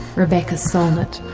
rebecca solnit,